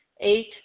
Eight